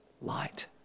light